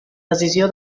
decisió